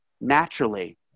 naturally